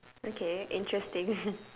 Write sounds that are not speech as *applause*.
okay interesting *laughs*